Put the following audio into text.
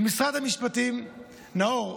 נאור,